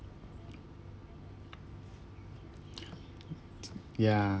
ya